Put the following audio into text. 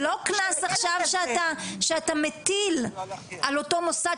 זה לא קנס עכשיו שאתה מטיל על אותו מוסד,